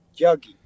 Juggy